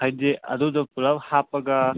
ꯍꯥꯏꯗꯤ ꯑꯗꯨꯗꯣ ꯄꯨꯂꯞ ꯍꯥꯞꯄꯒ